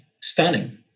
stunning